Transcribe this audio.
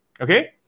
Okay